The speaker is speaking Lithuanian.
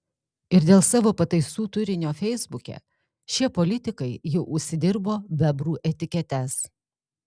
ir dėl savo pataisų turinio feisbuke šie politikai jau užsidirbo bebrų etiketes